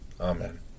Amen